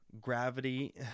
gravity